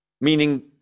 Meaning